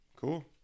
Cool